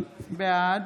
בעד